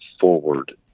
forward